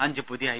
അഞ്ച് പുതിയ ഐ